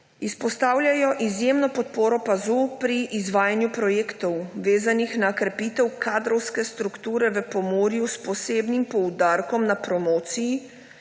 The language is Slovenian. Izpostavljajo izjemno podporo PAZU pri izvajanju projektov, vezanih na krepitev kadrovske strukture v Pomurju, s posebnim poudarkom na promociji